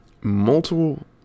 multiple